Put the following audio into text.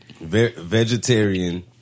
Vegetarian